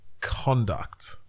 conduct